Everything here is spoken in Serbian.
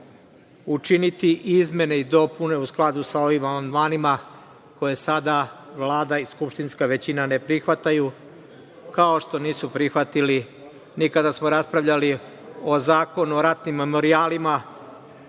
učiniti izmene i dopune u skladu sa ovim amandmanima koje sada Vlada i skupštinska većina ne prihvataju, kao što nisu prihvatili ni kada smo raspravljali o Zakonu o ratnim memorijalima. Kada